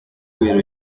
kubera